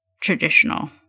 traditional